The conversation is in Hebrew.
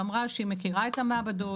ואמרה שהיא מכירה את המעבדות,